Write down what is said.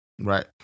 right